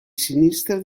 sinistra